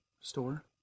store